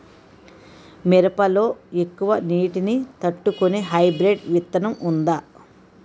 మిరప లో ఎక్కువ నీటి ని తట్టుకునే హైబ్రిడ్ విత్తనం వుందా?